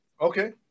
Okay